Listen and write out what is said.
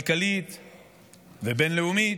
וכלכלית ובין-לאומית,